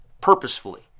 purposefully